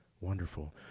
wonderful